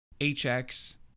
HX